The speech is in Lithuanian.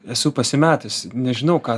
esu pasimetęs nežinau ką